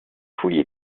fouillent